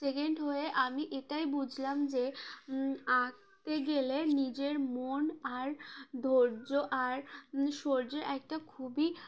second হয়ে আমি এটাই বুঝলাম যে আঁকতে গেলে নিজের মন আর ধৈর্য আর শৌর্যের একটা খুবই